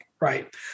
right